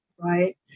right